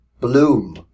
bloom